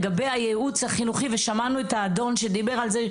לגבי הייעוץ החינוכי ושמענו את האדון שדיבר על זה,